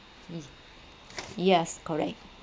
yes correct